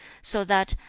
so that,